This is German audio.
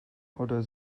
oder